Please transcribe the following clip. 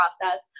process